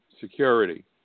security